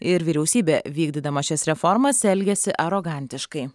ir vyriausybė vykdydama šias reformas elgiasi arogantiškai